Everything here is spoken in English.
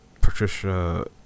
Patricia